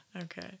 okay